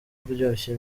kuryoshya